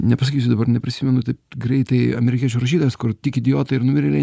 nepasakysiu dabar neprisimenu taip greitai amerikiečių rašytojas kur tik idiotai ir numirėliai